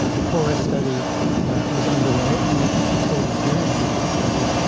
ah the four s study was underway and it reported during the lipid study,